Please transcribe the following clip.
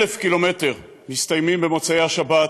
1,000 קילומטר מסתיימים במוצאי השבת,